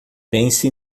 pense